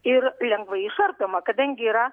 ir lengvai išardoma kadangi yra